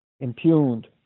impugned